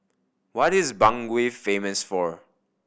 what is Bangui famous for